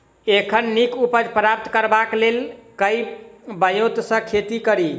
एखन नीक उपज प्राप्त करबाक लेल केँ ब्योंत सऽ खेती कड़ी?